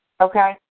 Okay